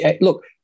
look